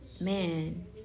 man